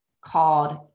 called